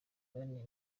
bane